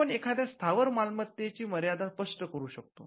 आपण एखाद्या स्थावर मालमत्तेची मर्यादा स्पष्ट करू शकतो